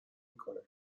میکنه